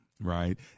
right